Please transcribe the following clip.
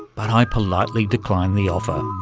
but i politely declined the offer.